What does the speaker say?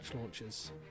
launches